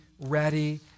ready